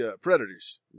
predators